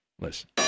Listen